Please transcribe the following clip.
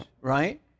right